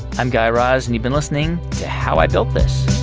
i'm guy raz, and you've been listening to how i built this